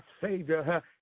Savior